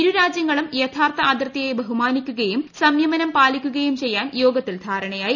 ഇരു രാജ്യങ്ങളും യഥാർത്ഥ അതിർത്തിയെ ബഹുമാനിക്കുകയും സംയമനം പാലിക്കുകയും ചെയ്യാൻ യോഗ ത്തിൽ ധാരണയായി